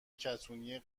کتونی